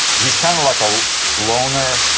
he's kind of like a loner.